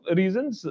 reasons